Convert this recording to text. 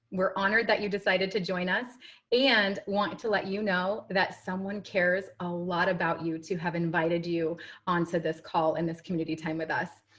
we're honored that you decided to join us and wanted to let you know that someone cares a lot about you to have invited you onto this call and this community time with us.